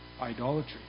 idolatry